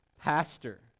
pastor